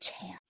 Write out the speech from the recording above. chair